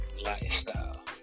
lifestyle